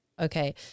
Okay